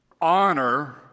honor